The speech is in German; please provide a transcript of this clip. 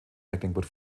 mecklenburg